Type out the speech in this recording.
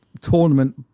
tournament